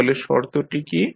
তাহলে শর্তটি কী